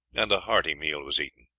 and a hearty meal was eaten.